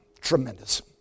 Tremendous